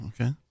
Okay